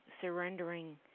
surrendering